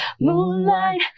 Moonlight